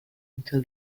until